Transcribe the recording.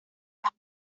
las